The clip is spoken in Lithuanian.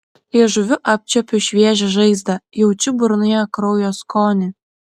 liežuviu apčiuopiu šviežią žaizdą jaučiu burnoje kraujo skonį